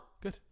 Good